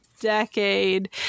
decade